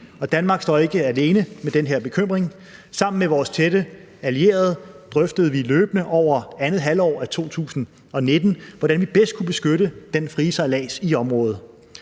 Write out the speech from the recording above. Danmark står ikke alene med den her bekymring. Sammen med vores tætte allierede drøftede vi løbende over andet halvår af 2019, hvordan vi bedst kunne beskytte den frie sejlads i området.